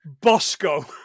Bosco